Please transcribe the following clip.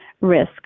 risk